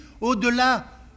au-delà